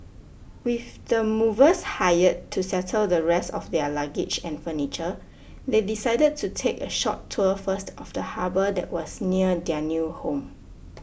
with the movers hired to settle the rest of their luggage and furniture they decided to take a short tour first of the harbour that was near their new home